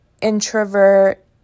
introvert